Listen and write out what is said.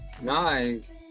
nice